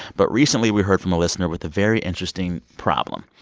but recently, we heard from a listener with a very interesting problem.